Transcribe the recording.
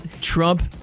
Trump